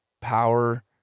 power